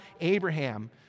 Abraham